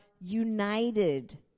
united